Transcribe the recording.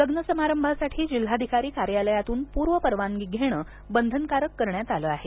लग्नसमारंभासाठी जिल्हाधिकारी कार्यालयातून पूर्वपरवानगी घेण बंधनकारक करण्यात आलं आहे